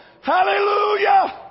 Hallelujah